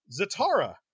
Zatara